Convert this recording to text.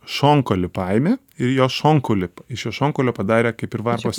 šonkaulių paėmė ir jo šonkaulį iš jo šonkaulio padarė kaip ir varpos